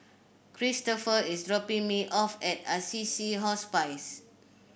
Cristopher is dropping me off at Assisi Hospice